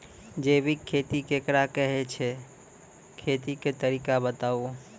जैबिक खेती केकरा कहैत छै, खेतीक तरीका बताऊ?